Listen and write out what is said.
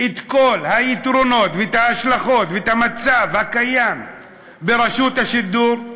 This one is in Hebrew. את כל היתרונות ואת ההשלכות ואת המצב הקיים ברשות השידור,